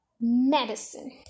medicine